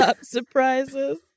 surprises